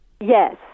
Yes